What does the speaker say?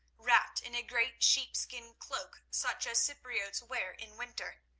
wrapped in a great sheepskin cloak such as cypriotes wear in winter,